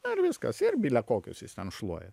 ar viskas ir bilekokius jis ten šluoja